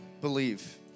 believe